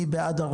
מי בעד?